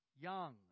young